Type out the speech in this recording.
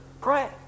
Pray